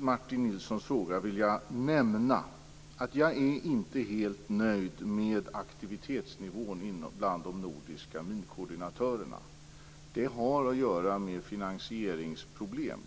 Martin Nilssons fråga vill jag nämna att jag inte är helt nöjd med aktivitetsnivån bland de nordiska minkoordinatörerna. Det har att göra med finansieringsproblem.